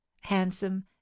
handsome